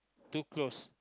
too close